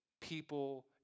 people